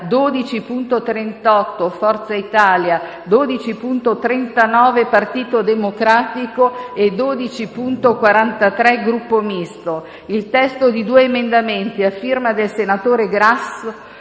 12.38 (Forza Italia), 12.39 (Partito Democratico) e 12.43 (Gruppo Misto); il testo di due emendamenti a firma del senatore Grassi